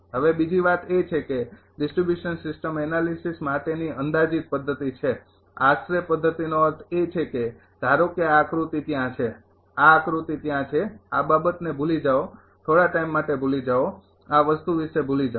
હવે બીજી વાત એ છે કે ડિસ્ટ્રિબ્યુશન સિસ્ટમ એનાલિસિસ માટેની અંદાજિત પદ્ધતિ છે આશરે પદ્ધતિનો અર્થ છે કે ધારો કે આ આકૃતિ ત્યાં છે આ આકૃતિ ત્યાં છે આ બાબતને ભૂલી જાઓ થોડા ટાઈમ માટે ભૂલી જાઓ આ વસ્તુ વિશે ભૂલી જાઓ